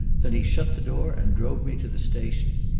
then he shut the door and drove me to the station.